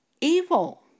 evil